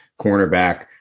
cornerback